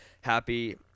happy